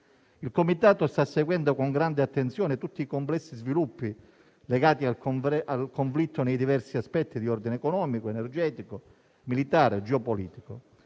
Il Comitato sta seguendo con grande attenzione tutti i complessi sviluppi legati al conflitto nei diversi aspetti (di ordine economico, energetico, militare, geopolitico);